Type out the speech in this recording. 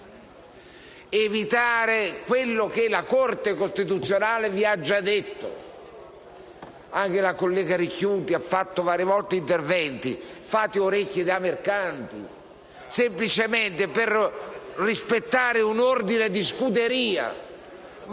evitare ciò che la Corte costituzionale vi ha già detto. Anche la collega Ricchiuti ha svolto diversi interventi in merito ai quali fate orecchie da mercante, semplicemente per rispettare un ordine di scuderia.